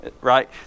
Right